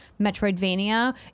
Metroidvania